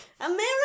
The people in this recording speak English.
America